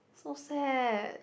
so sad